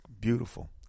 beautiful